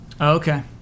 okay